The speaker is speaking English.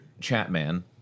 Chatman